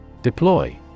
Deploy